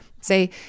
say